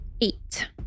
eight